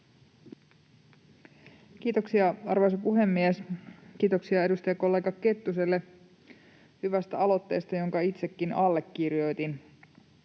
Kiitoksia, arvoisa puhemies! Kiitoksia edustajakollega Kettuselle hyvästä aloitteesta, jonka itsekin allekirjoitin.